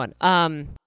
one